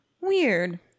Weird